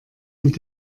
mit